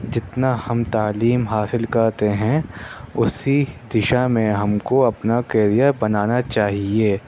جتنا ہم تعلیم حاصل کرتے ہیں اُسی دشا میں ہم کو اپنا کیریر بنانا چاہیے